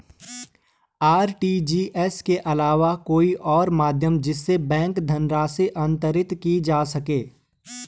RTGS के अलावा कोई और माध्यम जिससे बैंक धनराशि अंतरित की जा सके?